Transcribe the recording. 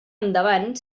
endavant